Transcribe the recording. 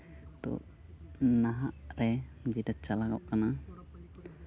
ᱛᱚ ᱱᱟᱦᱟᱜ ᱨᱮ ᱡᱮᱴᱟ ᱪᱟᱞᱟᱜᱚᱜ ᱠᱟᱱᱟ